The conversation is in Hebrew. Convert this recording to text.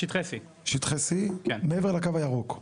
שטחי C. שטחי C, מעבר לקו הירוק.